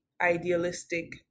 idealistic